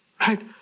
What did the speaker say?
right